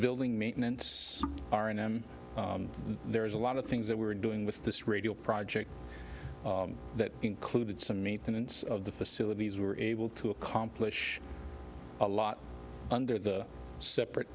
building maintenance r n m there's a lot of things that we were doing with this radio project that included some maintenance of the facilities we were able to accomplish a lot under the separate